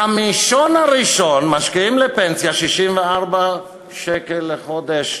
בחמישון הראשון משקיעים לפנסיה 64 שקל לחודש,